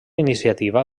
iniciativa